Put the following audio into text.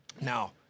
Now